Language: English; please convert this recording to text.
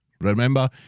Remember